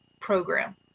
program